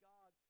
God